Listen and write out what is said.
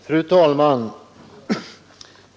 Fru talman!